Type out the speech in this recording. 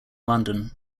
london